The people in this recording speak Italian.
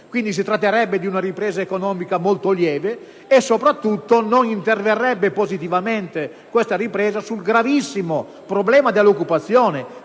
quindi si tratterebbe di una ripresa economica molto lieve. Ma soprattutto essa non interverrebbe positivamente sul gravissimo problema dell'occupazione,